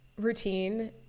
routine